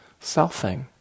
selfing